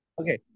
Okay